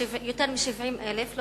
שבה יש יותר מ-70,000 תושבים,